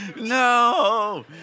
No